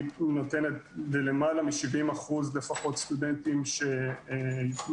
היא נותנת ללמעלה מ-70% סטודנטים שיוכלו